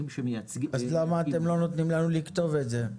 שמייצגים -- אז למה אתם לא נותנים לנו לכתוב את זה?